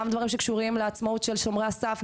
גם דברים שקשורים לעצמאות של שומרי הסף,